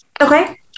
Okay